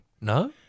No